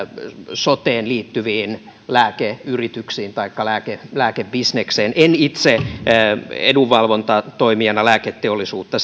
soteen liittyviin lääkeyrityksiin taikka lääkebisnekseen en itse sellaisena edunvalvontatoimijana lääketeollisuutta